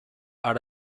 are